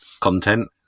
content